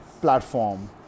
platform